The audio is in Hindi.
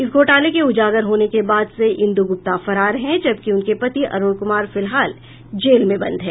इस घोटाले के उजागर होने के बाद से इंदु गुप्ता फरार हैं जबकि उनके पति अरूण कुमार फिलहाल जेल में बंद है